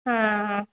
ആ